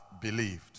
believed